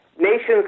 Nations